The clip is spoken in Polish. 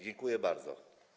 Dziękuję bardzo.